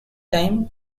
time